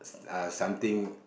uh something